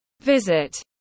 visit